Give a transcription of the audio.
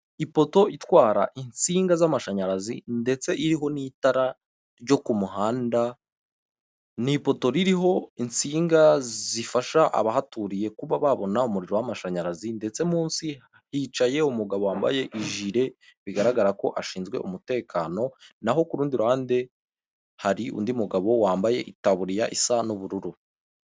Ipoto itwara insinga z'amashanyarazi ndetse iriho n'itara ryo ku muhanda, ni ipoto ririho insinga zifasha abahaturiye kuba babona umuriro w'amashanyarazi ndetse munsi hicaye umugabo wambaye ijire bigaragara ko ashinzwe umutekano, naho ku rundi ruhande hari undi mugabo wambaye itaburiya isa n'ubururu.